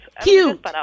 Cute